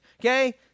okay